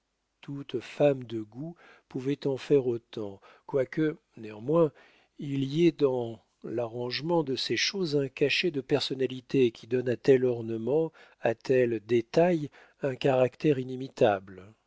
toute femme de goût pouvait en faire autant quoique néanmoins il y ait dans l'arrangement de ces choses un cachet de personnalité qui donne à tel ornement à tel détail un caractère inimitable